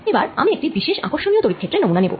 এবার আমি একটি বিশেষ আকর্ষণীয় তড়িৎ ক্ষেত্রের নমুনা নেব